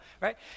right